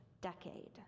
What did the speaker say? decade